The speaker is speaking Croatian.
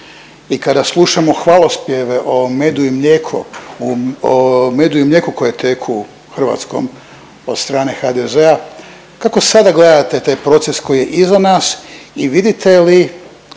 i kada slušamo hvalospjeve o medu i mlijeko, o medu i mlijeku koje teku Hrvatskom od strane HDZ-a, kako sada gledate taj proces koji je iza nas i vidite li